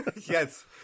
Yes